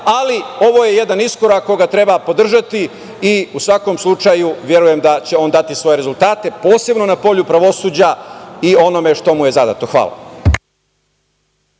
Ali, ovo je jedan iskorak koji treba podržati i u svakom slučaju verujem da će on dati svoje rezultate, posebno na polju pravosuđa i onome što mu je zadato. Hvala.